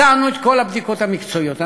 ביצענו את כל הבדיקות המקצועיות.